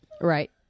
Right